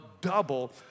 double